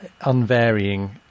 unvarying